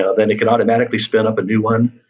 ah then it can automatically spin up a new one.